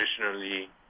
traditionally